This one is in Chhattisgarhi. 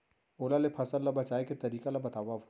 ओला ले फसल ला बचाए के तरीका ला बतावव?